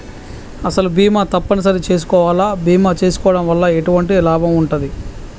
అసలు బీమా తప్పని సరి చేసుకోవాలా? బీమా చేసుకోవడం వల్ల ఎటువంటి లాభం ఉంటది?